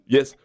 Yes